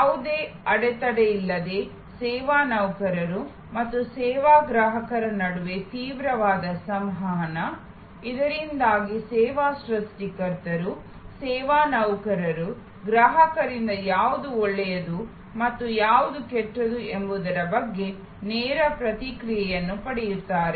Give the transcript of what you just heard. ಯಾವುದೇ ಅಡೆತಡೆಯಿಲ್ಲದೆ ಸೇವಾ ನೌಕರರು ಮತ್ತು ಸೇವಾ ಗ್ರಾಹಕರ ನಡುವೆ ತೀವ್ರವಾದ ಸಂವಹನ ಇದರಿಂದಾಗಿ ಸೇವಾ ಸೃಷ್ಟಿಕರ್ತರು ಸೇವಾ ನೌಕರರು ಗ್ರಾಹಕರಿಂದ ಯಾವುದು ಒಳ್ಳೆಯದು ಮತ್ತು ಯಾವುದು ಕೆಟ್ಟದು ಎಂಬುದರ ಬಗ್ಗೆ ನೇರ ಪ್ರತಿಕ್ರಿಯೆಯನ್ನು ಪಡೆಯುತ್ತಾರೆ